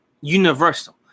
universal